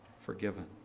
forgiven